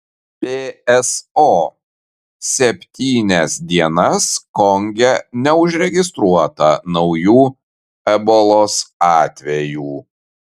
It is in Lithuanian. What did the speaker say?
pso septynias dienas konge neužregistruota naujų ebolos atvejų